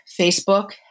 Facebook